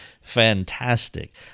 fantastic